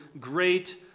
great